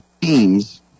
teams